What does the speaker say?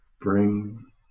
Bring